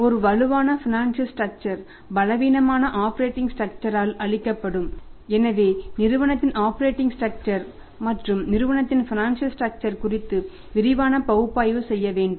ஒரு வலுவான financial structure குறித்து விரிவான பகுப்பாய்வு செய்ய வேண்டும்